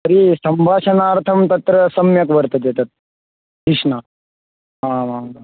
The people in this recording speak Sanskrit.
तर्हि सम्भाषणार्थं तत्र सम्यक् वर्तते तत् धिषणः आमामाम्